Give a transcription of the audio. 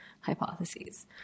hypotheses